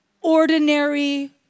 ordinary